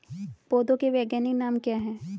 पौधों के वैज्ञानिक नाम क्या हैं?